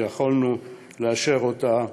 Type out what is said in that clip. שיכולנו לאשר אותה בוועדה,